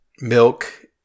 milk